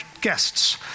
guests